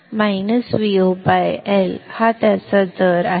चा दर - VoL हा आहे